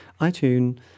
iTunes